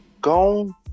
gone